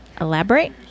elaborate